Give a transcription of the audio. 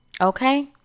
okay